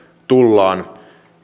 tullaan